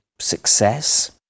success